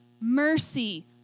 mercy